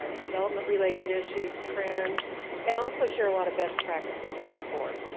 ah development related issues, trends and also share a lot of best practices back and forth.